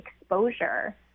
exposure